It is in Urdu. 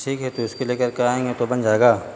ٹھیک ہے تو اس کے لے کر کے آئیں گے تو بن جائے گا